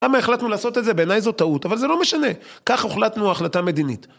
למה החלטנו לעשות את זה? בעיניי זו טעות, אבל זה לא משנה. כך החלטנו החלטה מדינית.